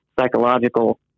psychological